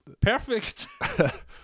Perfect